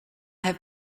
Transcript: had